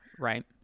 Right